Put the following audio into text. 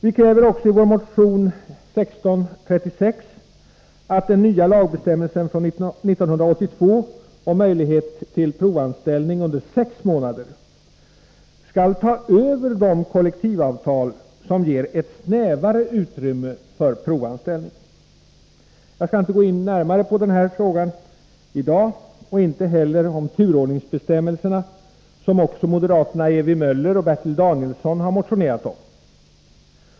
Vi kräver också i vår motion 1636 att den nya lagbestämmelsen från 1982, om möjlighet till provanställning under sex månader, skall ta över de kollektivavtal som ger ett snävare utrymme för provanställning. Jag skall inte gå närmare in på den här frågan i dag och inte heller på turordningsbestämmelserna, som moderaterna Ewy Möller och Bertil Danielsson har motionerat om.